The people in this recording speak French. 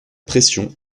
pression